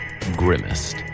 grimmest